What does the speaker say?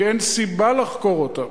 כי אין סיבה לחקור אותם.